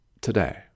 today